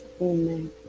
amen